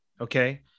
okay